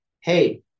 hey